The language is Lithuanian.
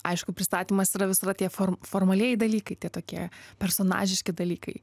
aišku pristatymas yra visada tie formalieji dalykai tie tokie personažiški dalykai